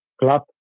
club